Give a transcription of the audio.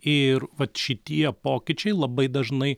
ir vat šitie pokyčiai labai dažnai